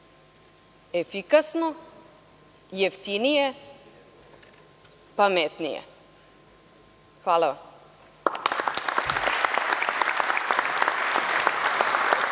efikasno, jeftinije, pametnije. Hvala